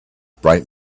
bright